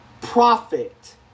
profit